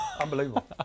Unbelievable